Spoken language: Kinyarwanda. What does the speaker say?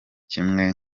kimwe